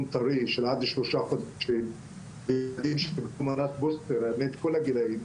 טרי של עד שלושה חודשים ומי שקיבל מנת בוסטר האמת בכל הגילאים,